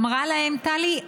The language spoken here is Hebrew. אמרה להם טלי: